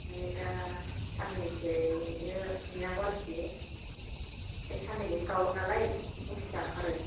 ओमफ्राय दा साननैसो नेनांगौ आरोखि बे साननैजोंनो गावोनालाय एम्फौ फिसा ओंखारो